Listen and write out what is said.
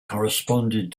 corresponded